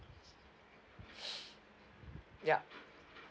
yup